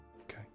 Okay